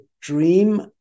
dream